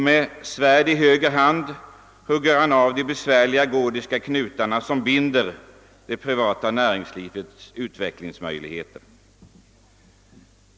Med »Svärd» i höger hand hugger han av den besvärliga gordiska knuten som binder det privata näringslivets utvecklingsmöjligheter.